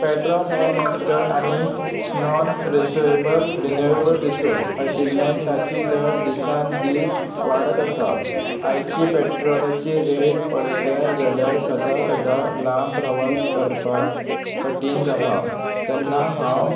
petrol हे natural आनी non रिसवेबल रिन्युएबल रिसोर्स आशिल्ल्यान ताची दर दिसान दीस वाडत आसा आयची पेट्रोलाची रेट पळयल्यार जाल्यार सद्दां सद्दां लांब प्रवास करपाक कठीण जाला तेन्ना हांव